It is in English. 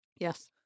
Yes